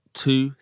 two